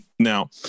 Now